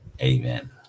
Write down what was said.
Amen